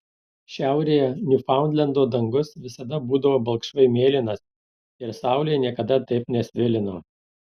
šiaurėje niufaundlendo dangus visada būdavo balkšvai mėlynas ir saulė niekada taip nesvilino